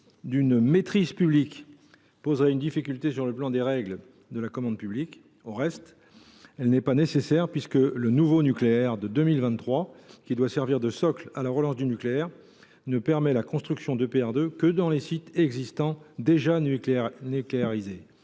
maîtrise publique poserait une difficulté au regard des règles de la commande publique. Au reste, elle n’est pas nécessaire, puisque la loi Nouveau Nucléaire du 22 juin 2023, qui doit servir de socle à la relance du nucléaire, ne permet la construction d’EPR2 que dans les sites existants déjà nucléarisés,